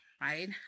right